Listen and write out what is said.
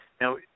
Now